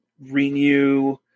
renew